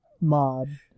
mod